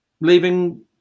leaving